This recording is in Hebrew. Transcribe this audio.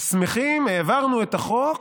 שמחים שהעברנו את החוק,